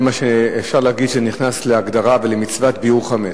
אפשר להגיד שזה נכנס להגדרה ולמצוות ביעור חמץ.